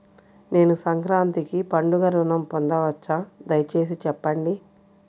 నేను సంక్రాంతికి పండుగ ఋణం పొందవచ్చా? దయచేసి చెప్పండి?